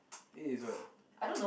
eight is what